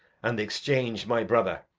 and the exchange my brother!